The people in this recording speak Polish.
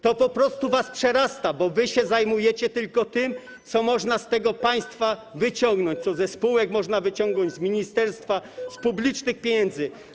To po prostu was przerasta, bo wy się zajmujecie tylko tym, co można z tego państwa wyciągnąć, co ze spółek można wyciągnąć, z ministerstwa, z publicznych pieniędzy.